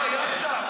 היה שר.